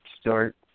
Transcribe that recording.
start